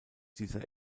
dieser